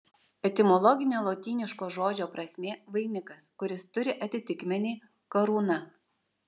etimologinė lotyniško žodžio prasmė vainikas kuris turi atitikmenį karūna